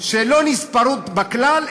שלא נספרות בַּכלל,